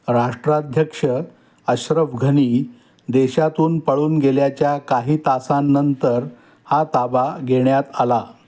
राष्ट्राध्यक्ष अश्रफ घनी देशातून पळून गेल्याच्या काही तासांनंतर हा ताबा घेण्यात आला